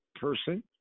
person